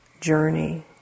journey